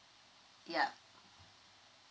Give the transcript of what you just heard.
yup